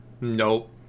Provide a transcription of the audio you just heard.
Nope